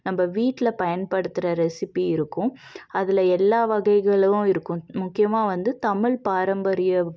நம்ம வீட்டில் பயன்படுத்துகிற ரெசிப்பி இருக்கும் அதில் எல்லா வகைகளும் இருக்கும் முக்கியமாக வந்து தமிழ் பாரம்பரிய